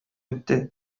үтте